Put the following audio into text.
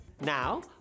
Now